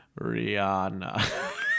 Rihanna